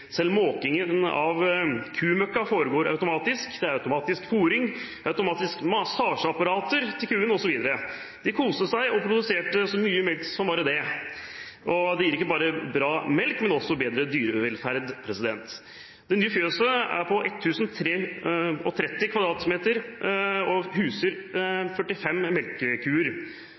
Selv måkingen av kumøkka foregår automatisk. Det er automatisk fôring, det er automatisk massasjeapparater til kuene, osv. De koste seg og produserte melk som bare det. Det gir ikke bare bra melk, men også bedre dyrevelferd. Det nye fjøset er på 1 730 m2 og huser 45 melkekuer.